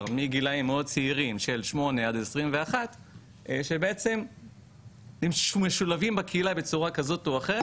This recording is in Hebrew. מגילאים מאוד צעירים של 8-21 שבעצם משולבים בקהילה בצורה כזאת או אחרת